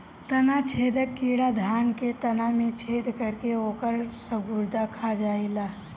तना छेदक कीड़ा धान के तना में छेद करके ओकर सब गुदा खा जाएला